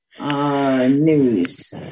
news